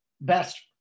best